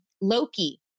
Loki